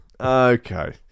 Okay